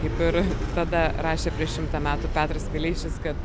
ir tada rašė prieš šimtą metų petras vileišis kad